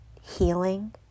healing